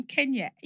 Kenya